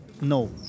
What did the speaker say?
no